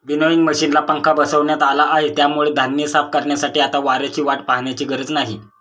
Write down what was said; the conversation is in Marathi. विनोइंग मशिनला पंखा बसवण्यात आला आहे, त्यामुळे धान्य साफ करण्यासाठी आता वाऱ्याची वाट पाहण्याची गरज नाही